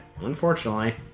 Unfortunately